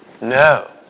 no